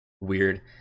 weird